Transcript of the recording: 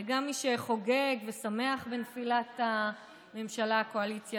גם מי שחוגג ושמח בנפילת הממשלה-הקואליציה